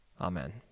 Amen